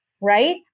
right